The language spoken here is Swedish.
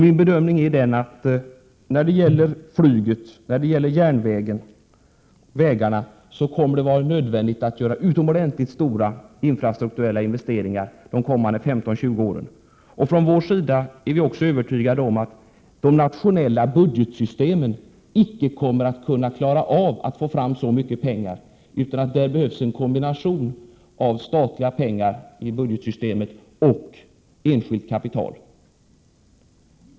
Min bedömning är att när det gäller flyget, järnvägen, vägarna kommer det att vara nödvändigt att göra utomordentligt stora infrastrukturella investeringar de kommande 15-20 åren. Vi i moderata samlingspartiet är också övertygade om att de nationella budgetsystemen icke kommer att kunna klara av att få fram så mycket pengar utan att det behövs en kombination av statliga pengar i budgetsystemet och enskilt kapital.